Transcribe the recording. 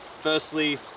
Firstly